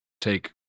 take